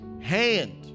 hand